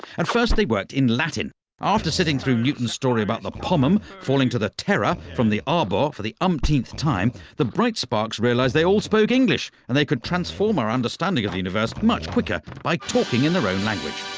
at first they worked in latin after sitting through newton's story about the pomum falling to the terra from the arbor for the umpteenth time, the bright sparks realised they all spoke english and they could transform our understanding of the universe much quicker, by talking in their own language.